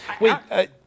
Wait